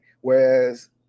Whereas